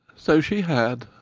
so she had,